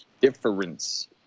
Difference